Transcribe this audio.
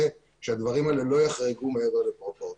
שהדברים האלה לא יחרגו מעבר לפרופורציות.